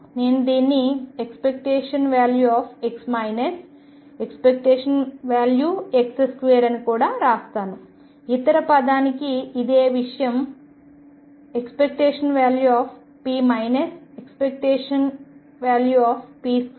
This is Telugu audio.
నేను దీనిని ⟨x ⟨x⟩2⟩ అని కూడా వ్రాస్తాను ఇతర పదానికి ఇదే విషయం⟨p ⟨p⟩2⟩అవన్నీ ఒక్కటే